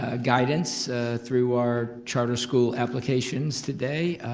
ah guidance through our charter school applications today.